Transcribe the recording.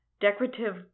decorative